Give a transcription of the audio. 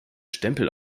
stempel